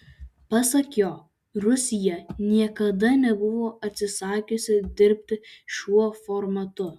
pasak jo rusija niekada nebuvo atsisakiusi dirbti šiuo formatu